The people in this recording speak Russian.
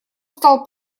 стал